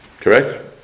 Correct